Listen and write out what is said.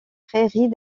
prairies